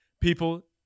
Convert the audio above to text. people